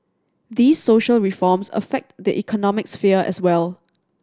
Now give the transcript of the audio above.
these social reforms affect the economic sphere as well